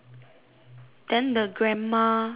then the grandma with